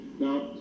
now